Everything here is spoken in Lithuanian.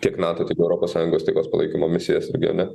tiek nato tiek europos sąjungos taikos palaikymo misijos regione